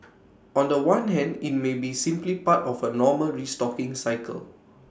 on The One hand IT may be simply part of A normal restocking cycle